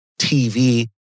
TV